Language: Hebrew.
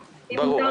ברור.